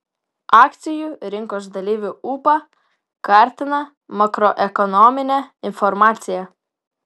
akcijų rinkos dalyvių ūpą kartina makroekonominė informacija